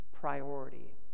priority